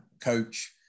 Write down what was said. coach